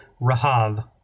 Rahav